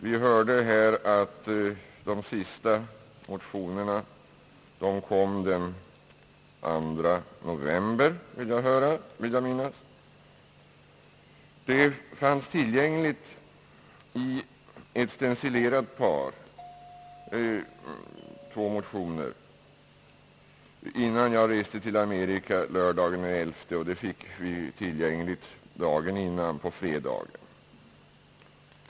Vi hörde här att de sista motionerna kom den 2 november, vill jag minnas. Två motioner fanns tillgängliga i stencil på fredagen den 10, vilket var dagen innan jag reste till Amerika lördagen den 11 november.